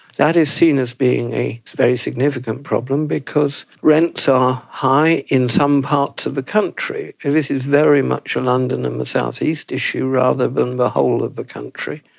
that is seen as being a very significant problem because rents are high in some parts of the country. this is very much a london and south-east issue rather than the whole of the country,